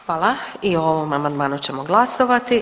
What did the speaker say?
Hvala i o ovom amandmanu ćemo glasovati.